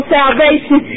salvation